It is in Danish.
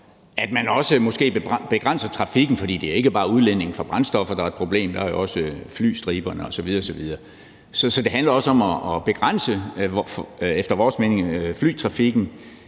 at man måske også begrænser trafikken, for det er ikke bare udledningen fra brændstoffer, der er et problem; der er jo også flystriberne osv. osv. Så det handler efter vores mening også